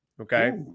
okay